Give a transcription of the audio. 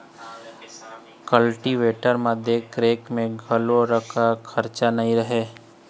cultivator म देख रेख म घलोक खरचा नइ रहय